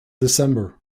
december